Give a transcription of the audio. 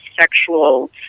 sexual